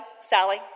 Sally